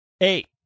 Eight